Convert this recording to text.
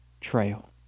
trail